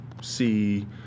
see